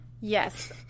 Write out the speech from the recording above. yes